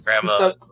grandma